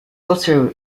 also